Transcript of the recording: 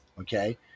Okay